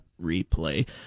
Replay